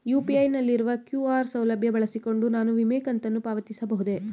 UPI ನಲ್ಲಿರುವ QR ಸೌಲಭ್ಯ ಬಳಸಿಕೊಂಡು ನಾನು ವಿಮೆ ಕಂತನ್ನು ಪಾವತಿಸಬಹುದೇ?